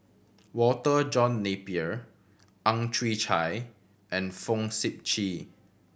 Walter John Napier Ang Chwee Chai and Fong Sip Chee